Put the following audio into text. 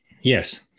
Yes